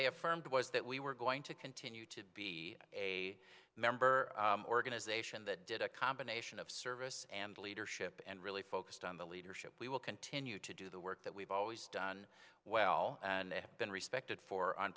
they affirmed was that we were going to continue to be a member organization that did a combination of service and leadership and really focused on the leadership we will continue to do the work that we've always done well and have been respected for on